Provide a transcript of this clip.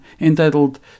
entitled